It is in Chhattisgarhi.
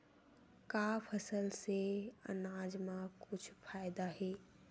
का फसल से आनाज मा कुछु फ़ायदा हे?